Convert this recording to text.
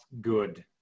good